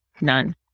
none